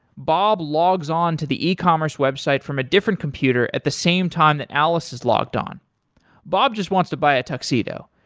bob logs on to the e-commerce website from a different computer at the same time that alice is logged on bob just wants to buy a tuxedo.